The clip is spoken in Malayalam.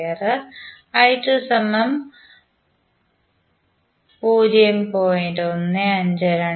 595 A I2 0